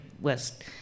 west